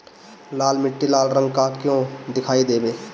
लाल मीट्टी लाल रंग का क्यो दीखाई देबे?